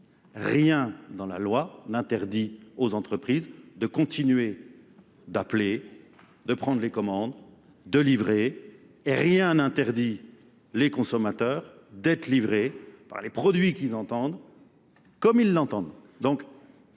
Rien dans la loi n'interdit aux entreprises de continuer d'appeler, de prendre les commandes, de livrer, et rien n'interdit les consommateurs d'être livrés par les produits qu'ils entendent, comme ils l'entendent.